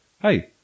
Hey